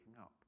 up